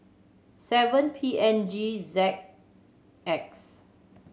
seven P N G Z X